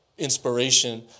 inspiration